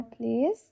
please